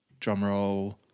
drumroll